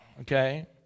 okay